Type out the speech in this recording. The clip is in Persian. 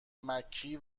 مککی